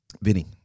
Vinny